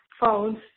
phones